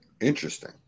Interesting